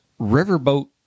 riverboat